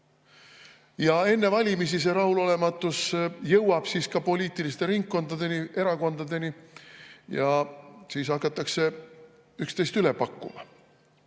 Enne valimisi see rahulolematus jõuab ka poliitiliste ringkondadeni, erakondadeni, ja siis hakatakse üksteisest üle pakkuma.